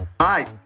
Hi